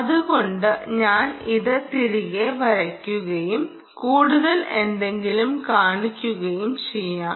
അതുകൊണ്ട് ഞാൻ ഇത് തിരികെ വയ്ക്കുകയും കൂടുതൽ എന്തെങ്കിലും കാണിക്കുകയും ചെയ്യാം